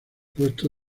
puesto